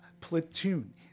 Platoon